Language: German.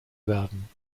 werden